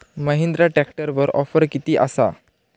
महिंद्रा ट्रॅकटरवर ऑफर किती आसा?